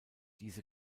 diese